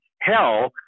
hell